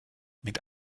mit